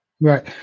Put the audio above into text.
Right